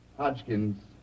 Hodgkins